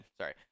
sorry